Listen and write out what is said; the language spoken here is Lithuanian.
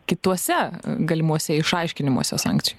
kituose galimuose išaiškinimuose sankcijų